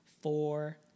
four